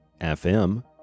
fm